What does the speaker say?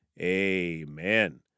Amen